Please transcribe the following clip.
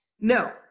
No